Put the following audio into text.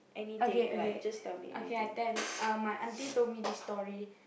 okay okay okay I tell my auntie told me this story